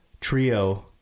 trio